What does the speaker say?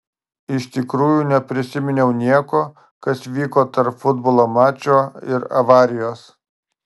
iš tikrųjų neprisiminiau nieko kas vyko tarp futbolo mačo ir avarijos